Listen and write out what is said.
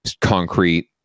concrete